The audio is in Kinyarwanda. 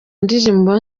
ndirimbo